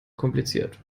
kompliziert